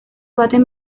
baten